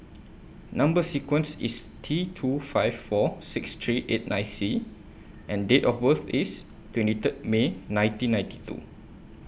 Number sequence IS T two five four six three eight nine C and Date of birth IS twenty Third May nineteen ninety two